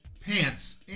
pants